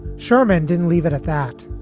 sherman didn't leave it at that.